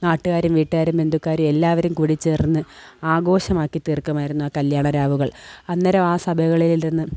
നാട്ടുകാരും വീട്ടുകാരും ബന്ധുക്കാരും എല്ലാവരും കൂടിച്ചേർന്ന് ആഘോഷമാക്കി തീർക്കുമായിരുന്നു ആ കല്യാണ രാവുകൾ അന്നേരം ആ സഭകളിൽ ഇരുന്ന്